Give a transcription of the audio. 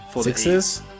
sixes